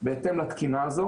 בהתאם לתקינה.